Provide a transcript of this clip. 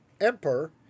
Emperor